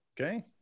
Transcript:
Okay